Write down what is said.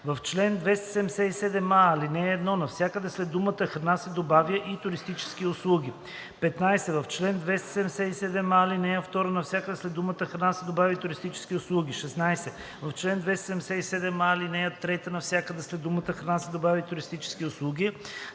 В чл. 277а, ал. 1 навсякъде след думата „храна“ се добавя „и туристически услуги“; 15. В чл. 277а, ал. 2 навсякъде след думата „храна“ се добавя „и туристически услуги“; 16. В чл. 277а, ал. 3 навсякъде след думата „храна“ се добавя „и туристически услуги“;